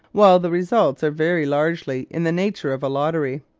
while the results are very largely in the nature of a lottery.